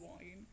wine